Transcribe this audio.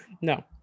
No